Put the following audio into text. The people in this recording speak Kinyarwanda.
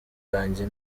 yanjye